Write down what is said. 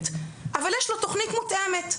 אבל יש לו תוכנית מותאמת.